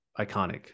iconic